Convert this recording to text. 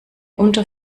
unter